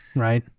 right?